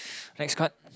next card